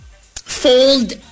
fold